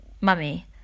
Mummy